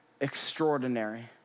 extraordinary